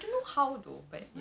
oh